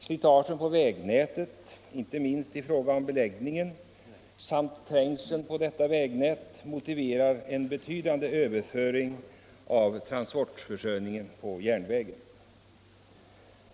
Slitaget på vägnätet — inte minst på beläggningen —- och trängseln på detta vägnät motiverar en betydande överföring av transporter till järnvägen.